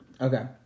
Okay